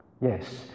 Yes